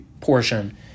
portion